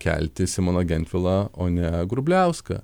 kelti simoną gentvilą o ne grubliauską